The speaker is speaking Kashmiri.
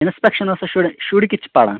اِنَسپِیٚکشَن ٲوسَہ شُرِٮ۪ن شُرۍ کِتھ چھِ پَرَان